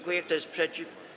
Kto jest przeciw?